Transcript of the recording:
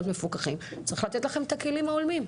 מפוקחים צריך לתת לכם את הכלים ההולמים.